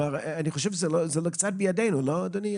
אני חושב שזה בידינו, לא אדוני?